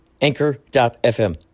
Anchor.fm